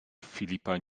filipa